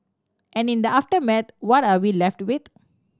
and in the aftermath what are we left with